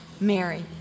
Mary